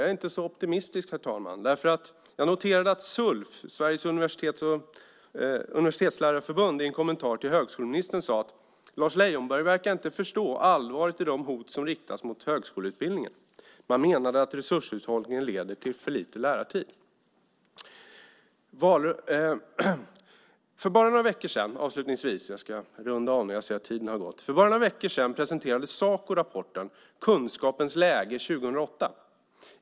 Jag är inte så optimistisk, herr talman, därför att jag noterade att Sulf, Sveriges universitetslärarförbund, i en kommentar till högskoleministern sade att Lars Leijonborg inte verkar förstå allvaret i de hot som riktas mot högskoleutbildningen. Man menade att resurshushållningen leder till för lite lärartid. För bara några veckor sedan - jag ska runda av, för jag ser att tiden har gått - presenterade Saco rapporten Kunskapens läge 2008.